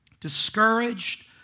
discouraged